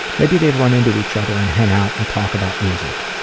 maybe they've run into each other and hang out and talk about music,